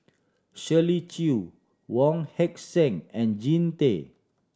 Shirley Chew Wong Heck Sing and Jean Tay